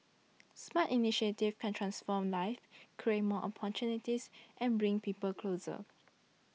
smart initiatives can transform lives create more opportunities and bring people closer